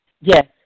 Yes